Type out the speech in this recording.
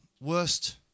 worst